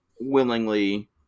willingly